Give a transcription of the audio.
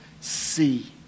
see